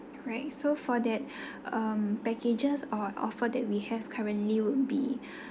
right so for that um packages or offer that we have currently would be